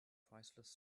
priceless